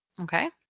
Okay